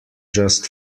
just